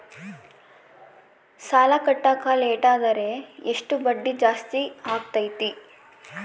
ಸಾಲ ಕಟ್ಟಾಕ ಲೇಟಾದರೆ ಎಷ್ಟು ಬಡ್ಡಿ ಜಾಸ್ತಿ ಆಗ್ತೈತಿ?